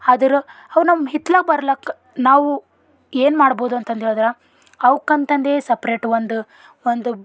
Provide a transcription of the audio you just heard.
ಆದರೂ ಅವು ನಮ್ಮ ಹಿತ್ತಲಾಗ ಬರ್ಲಾಕ್ಕ ನಾವು ಏನು ಮಾಡ್ಬೋದು ಅಂತಂದು ಹೇಳಿದ್ರ ಅವ್ಕಂತಂದೇ ಸಪ್ರೇಟ್ ಒಂದು ಒಂದು